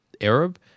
Arab